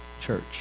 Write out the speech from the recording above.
church